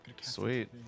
Sweet